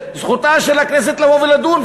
זכותה של הכנסת לדון,